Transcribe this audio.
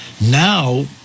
Now –